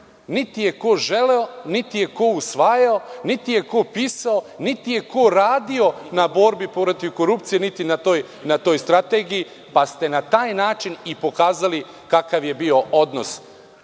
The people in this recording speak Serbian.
niti ko želeo, niti je ko usvajao, niti je ko pisao, niti je ko radio na borbi protiv korupcije, niti na toj strategiji, pa ste na taj način i pokazali kakav je bio odnos bivšeg